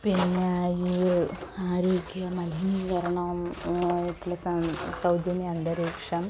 പിന്നേ ഈ ആരോഗ്യം മലിനീകരണം ആയിട്ടുള്ള സൗജന്യ അന്തരീക്ഷം